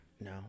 No